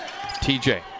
TJ